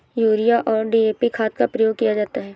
urea और DAP खाद का प्रयोग किया जाता है